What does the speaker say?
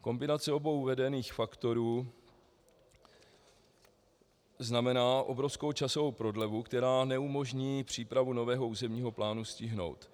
Kombinace obou uvedených faktorů znamená obrovskou časovou prodlevu, která neumožní přípravu nového územního plánu stihnout.